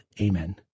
Amen